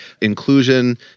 inclusion